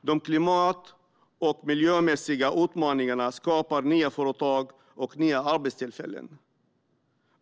De klimat och miljömässiga utmaningarna skapar nya företag och nya arbetstillfällen.